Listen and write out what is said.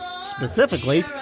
Specifically